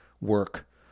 work